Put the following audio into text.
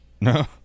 No